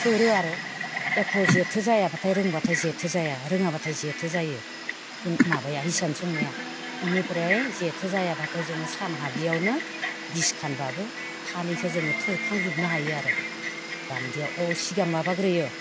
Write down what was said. थोरो आरो एख' जेथो जाया रोंबाथाय जेथो जाया रोङाबाथाय जेथो जायो खुन माबाया हिसान सोंनाया बेनिफ्राय जेथो जायाबाथाय जोङो सान हाबियावनो बिसखानबाबो फालिखौ जोङो थोरखांजोबनो हायो आरो गान्दिआव अ सिगां माबाग्रोयो